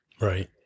Right